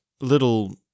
little